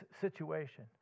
situation